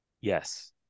Yes